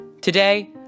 Today